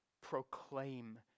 proclaim